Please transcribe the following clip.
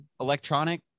electronic